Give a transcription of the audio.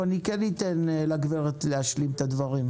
אבל אני אאפשר לגברת להשלים את הדברים,